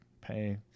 pay